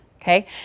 okay